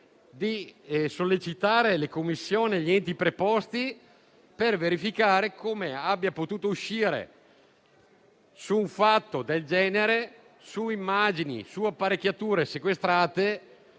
di sollecitare le commissioni e gli enti preposti, per verificare come sia potuto uscire, su un fatto del genere, con immagini e apparecchiature sequestrate,